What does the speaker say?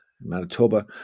Manitoba